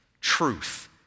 truth